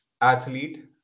athlete